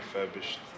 refurbished